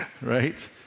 Right